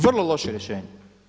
Vrlo loše rješenje.